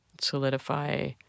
solidify